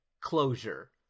closure